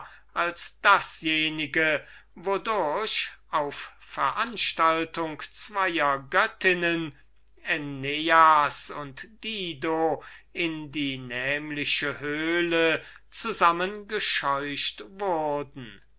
als dasjenige wodurch auf veranstaltung zwoer göttinnen aeneas und dido in die nämliche höhle zusammengescheucht wurden